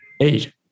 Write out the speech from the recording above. Eight